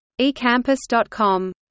eCampus.com